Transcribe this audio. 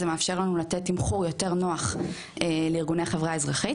זה מאפשר לנו לתת תמחור יותר נוח לארגוני החברה האזרחית.